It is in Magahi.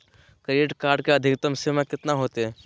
क्रेडिट कार्ड के अधिकतम सीमा कितना होते?